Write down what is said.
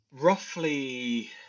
Roughly